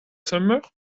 summer